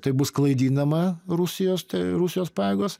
tai bus klaidinama rusijos rusijos pajėgos